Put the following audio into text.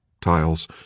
tiles